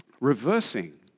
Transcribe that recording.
reversing